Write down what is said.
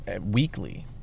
weekly